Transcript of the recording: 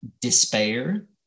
despair